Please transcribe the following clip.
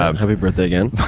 um happy birthday, again.